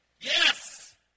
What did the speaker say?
Yes